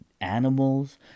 Animals